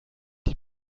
die